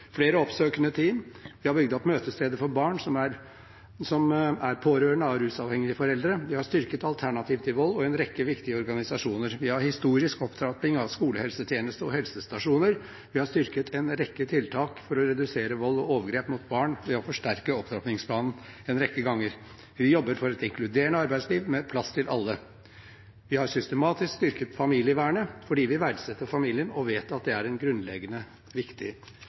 flere oppsøkende team. Vi har bygd opp møtesteder for barn som er pårørende til rusavhengige foreldre. Vi har styrket alternativ til vold og en rekke viktige organisasjoner. Vi har en historisk opptrapping av skolehelsetjeneste og helsestasjoner. Vi har styrket en rekke tiltak for å redusere vold og overgrep mot barn ved å forsterke opptrappingsplanen en rekke ganger. Vi jobber for et inkluderende arbeidsliv med plass til alle. Vi har systematisk styrket familievernet fordi vi verdsetter familien og vet at det er et grunnleggende viktig